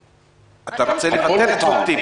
אתה רוצה לבטל את חוק טיבי.